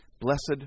Blessed